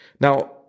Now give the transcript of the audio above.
Now